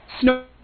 Snow